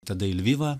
tada į lvivą